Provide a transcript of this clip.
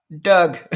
Doug